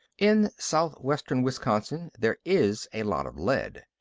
in southwestern wisconsin, there is a lot of lead.